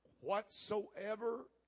Whatsoever